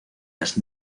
las